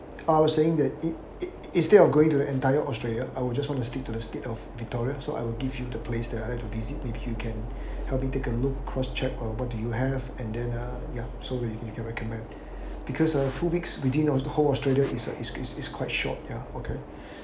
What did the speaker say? I will saying that in~ in~ instead of going to the entire australia I would just want to stick to the state of victoria so I will give you the place that I have to visit maybe you can help me take a look cross-check or what do you have and then ah ya so we you can recommend because ah two weeks within of the whole australia is is is is quite short ya okay